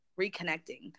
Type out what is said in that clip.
reconnecting